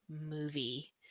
movie